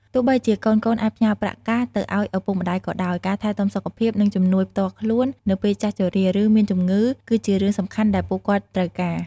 ទោះបីជាកូនៗអាចផ្ញើប្រាក់កាសទៅឱ្យឪពុកម្ដាយក៏ដោយ ការថែទាំសុខភាព និងជំនួយផ្ទាល់ខ្លួននៅពេលចាស់ជរា ឬមានជំងឺ គឺជារឿងសំខាន់ដែលពួកគាត់ត្រូវការ។